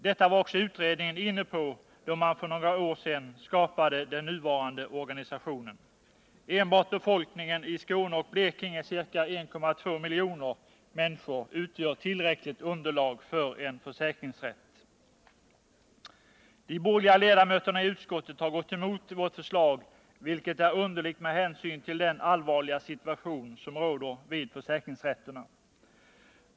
Detta var också utredningen inne på då man för några år sedan skapade den nuvarande organisationen. Enbart befolkningen i Skåne och Blekinge, ca 1,2 miljoner människor, utgör tillräckligt underlag för en försäkringsrätt. De borgerliga ledamöterna i utskottet har gått emot vårt förslag, vilket är underligt med hänsyn till den allvarliga situation som råder vid försäkringsrätterna.